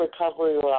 recovery